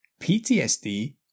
PTSD